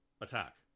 Attack